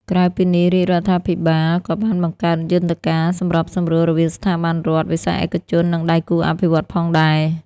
ក្រៅពីនេះ រាជរដ្ឋាភិបាលក៏បានបង្កើតយន្តការសម្របសម្រួលរវាងស្ថាប័នរដ្ឋ វិស័យឯកជន និងដៃគូអភិវឌ្ឍន៍ផងដែរ។